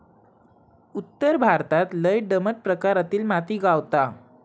उत्तर भारतात लय दमट प्रकारातली माती गावता